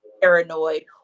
paranoid